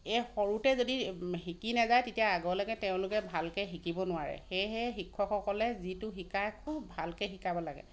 এই সৰুতে যদি শিকি নেযায় তেতিয়া আগলেকে তেওঁলোকে ভালকে শিকিব নোৱাৰে সেয়েহে শিক্ষকসকলে যিটো শিকাই খুব ভালকে শিকাব লাগে